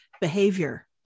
behavior